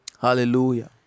Hallelujah